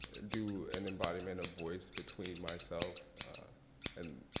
do an embodiment of voice between myself and